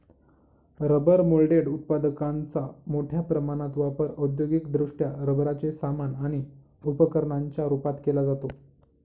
rubber moulded उत्पादकांचा मोठ्या प्रमाणात वापर औद्योगिकदृष्ट्या रबराचे सामान आणि उपकरणांच्या रूपात केला जातो